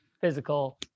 physical